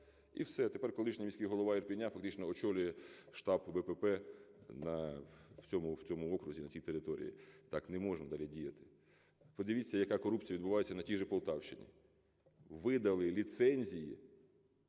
і все, тепер колишній міський голова Ірпеня фактично очолює штаб БПП в цьому окрузі, на цій території. Так не можна далі діяти! Подивіться, яка корупція відбувається на тій же Полтавщині: видали ліцензії